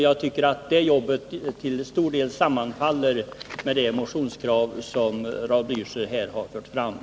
Jag tycker att det jobbet till stor del sammanfaller med det motionskrav som Raul Blächer här har framfört.